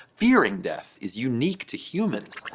fearing death is unique to humans.